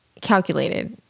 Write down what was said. calculated